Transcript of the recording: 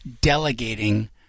delegating